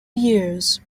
years